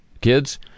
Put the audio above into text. Kids